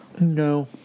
no